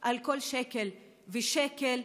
על כל שקל ושקל,